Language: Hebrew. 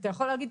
אתה יכול להגיד,